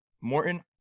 Morton